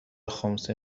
خمسه